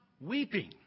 weeping